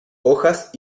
hojas